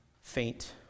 faint